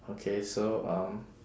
okay so um